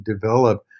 develop